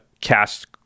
cast